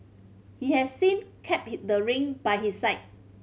he has since kept the ring by his side